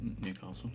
Newcastle